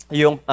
yung